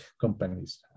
companies